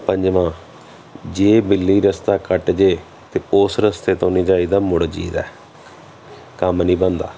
ਪੰਜਵਾਂ ਜੇ ਬਿੱਲੀ ਰਸਤਾ ਕੱਟ ਜਾਏ ਤਾਂ ਉਸ ਰਸਤੇ ਤੋਂ ਨਹੀਂ ਜਾਈਦਾ ਮੁੜ ਜਾਈਦਾ ਹੈ ਕੰਮ ਨਹੀਂ ਬਣਦਾ